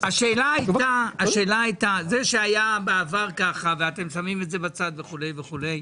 זה שהיה בעבר ככה ואתם שמים את זה בצד וכו' וכו',